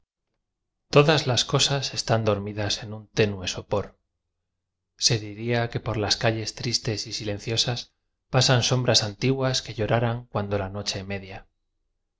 s las cosas están dormidas en un te nue sopor se diría que por las calles tris tes y silenciosas pasan sombras antiguas que lloraran cuando la noche media